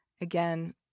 Again